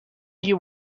you